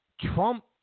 Trump